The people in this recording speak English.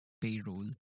payroll